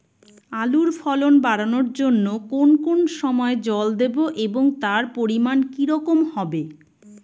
আলুর ফলন বাড়ানোর জন্য কোন কোন সময় জল দেব এবং তার পরিমান কি রকম হবে?